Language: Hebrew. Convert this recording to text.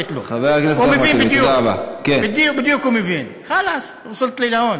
מבין בדיוק מה אמרתי לו.) חבר הכנסת אחמד טיבי,